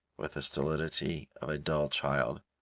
with the stolidity of a dull child.